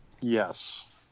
Yes